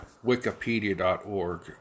wikipedia.org